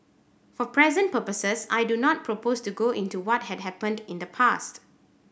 for present purposes I do not propose to go into what had happened in the past